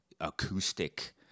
acoustic